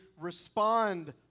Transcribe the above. respond